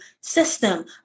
system